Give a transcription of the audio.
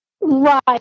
Right